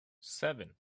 seven